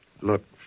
Look